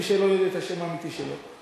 למי שלא יודע את השם האמיתי שלו.